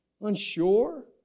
Unsure